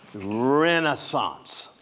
renaissance.